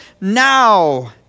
now